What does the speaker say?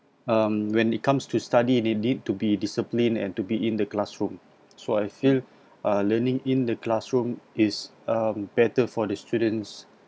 um when it comes to study you need to be discipline and to be in the classroom so I feel uh learning in the classroom is um better for the students'